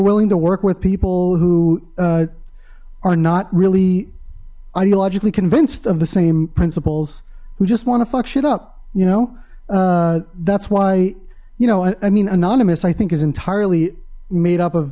willing to work with people who are not really ideologically convinced of the same principles who just want to fuck shit up you know that's why you know i mean anonymous i think is entirely made up of